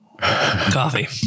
coffee